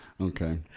Okay